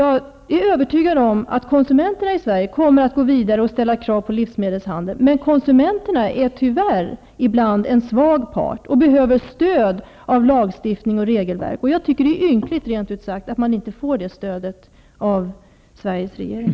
Jag är övertygad om att konsumenterna i Sverige kommer att gå vidare och ställa krav på livsmedelshandeln, men konsumenterna är tyvärr ibland en svag part och behöver stöd av lagstiftning och regelverk. Det är ynkligt att de inte får det stödet av Sveriges regering.